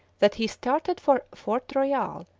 that he started for fort royal,